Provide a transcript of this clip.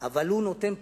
אבל הוא נותן פירות.